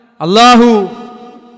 Allahu